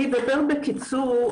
אני אדבר בקיצור,